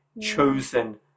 chosen